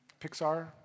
Pixar